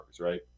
right